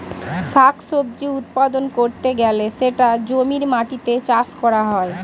শাক সবজি উৎপাদন করতে গেলে সেটা জমির মাটিতে চাষ করা হয়